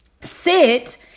sit